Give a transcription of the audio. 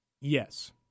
Yes